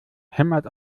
hämmert